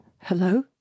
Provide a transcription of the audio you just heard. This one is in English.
Hello